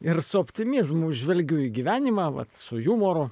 ir su optimizmu žvelgiu į gyvenimą vat su jumoru